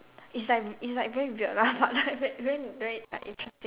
it's like it's like very weird lah like that then very uh interesting